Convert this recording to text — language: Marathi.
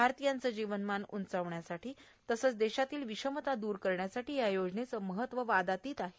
भारतीयांचे जीवनमान उंचावण्यासाठी तसंच देशातील विषमता दूर करण्यासाठी या योजनेचे महत्व वादातीत आहे